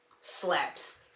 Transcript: slaps